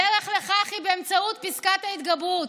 הדרך לכך היא באמצעות פסקת ההתגברות"